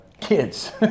Kids